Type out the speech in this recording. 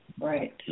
right